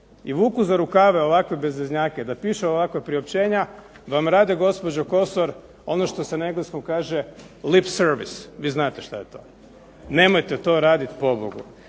i vuku za rukave ovakve bezveznjake da pišu ovakva priopćenja vam rade gospođo Kosor ono što se na engleskom kaže lipservice. Vi znate što je to. Nemojte to raditi, pobogu.